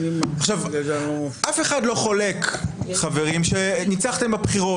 עכשיו, אף אחד לא חולק, חברים, שניצחתם בבחירות.